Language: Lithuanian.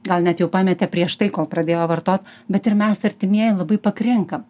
gal net jau pametė prieš tai kol pradėjo vartot bet ir mes artimieji labai pakrinkam